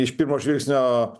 iš pirmo žvilgsnio